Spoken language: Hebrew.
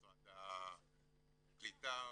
משרד הקליטה,